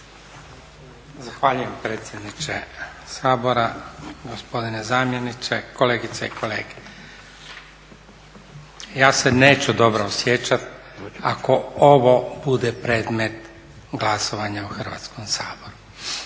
Zahvaljujem predsjedniče Sabora, gospodine zamjeniče, kolegice i kolege. Ja se neću dobro osjećat ako ovo bude predmet glasovanja u Hrvatskom saboru.